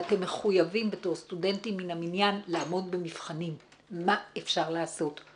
ואתם מחויבים בתור סטודנטים מן המניין לעמוד במבחנים - מה אפשר לעשות.